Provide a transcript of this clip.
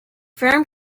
firm